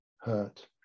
hurt